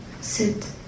sit